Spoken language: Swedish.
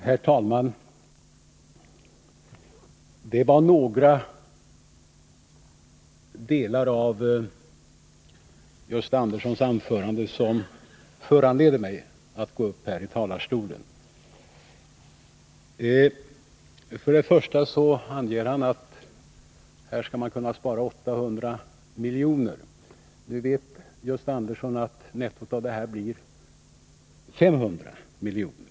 Herr talman! Några delar av Gösta Anderssons anförande föranleder mig att gå upp i talarstolen. För det första anger Gösta Andersson att här skall man kunna spara 800 miljoner. Nu vet Gösta Andersson att nettot blir 500 miljoner.